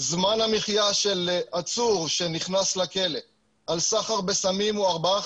זמן המחיה של עצור שנכנס לכלא על סחר בסמים הוא ארבעה,